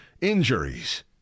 injuries